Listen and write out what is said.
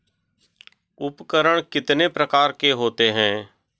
उपकरण कितने प्रकार के होते हैं?